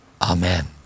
Amen